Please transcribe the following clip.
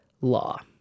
law